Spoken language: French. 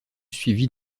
suivi